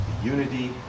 unity